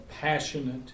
passionate